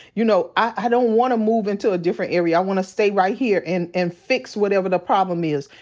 you know, i don't wanna move into a different area. i wanna stay right here and and fix whatever the problem is.